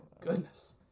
Goodness